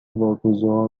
واگذار